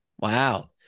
Wow